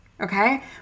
Okay